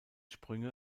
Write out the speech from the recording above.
sprünge